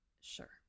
sure